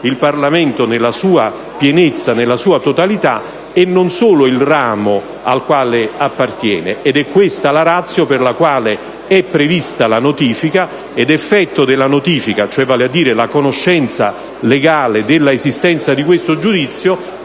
il Parlamento nella sua pienezza e totalità e non solo il ramo al quale appartiene. È questa la *ratio* per la quale è prevista la notifica, ed il suo effetto, cioè la conoscenza legale dell'esistenza di questo giudizio,